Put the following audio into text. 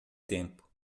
tempo